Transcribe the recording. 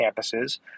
campuses